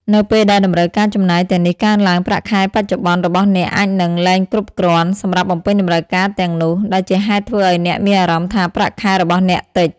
នៅពេលដែលតម្រូវការចំណាយទាំងនេះកើនឡើង ប្រាក់ខែបច្ចុប្បន្នរបស់អ្នកអាចនឹង លែងគ្រប់គ្រាន់ សម្រាប់បំពេញតម្រូវការទាំងនោះ ដែលជាហេតុធ្វើឲ្យអ្នកមានអារម្មណ៍ថាប្រាក់ខែរបស់អ្នក តិច។